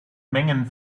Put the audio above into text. mengen